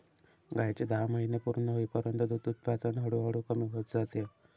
गायीचे दहा महिने पूर्ण होईपर्यंत दूध उत्पादन हळूहळू कमी होत जाते